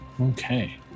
okay